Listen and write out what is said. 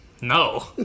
No